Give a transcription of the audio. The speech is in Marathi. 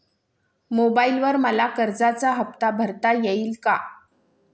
मोबाइलवर मला कर्जाचा हफ्ता भरता येईल का?